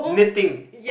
knitting